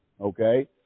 okay